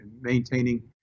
maintaining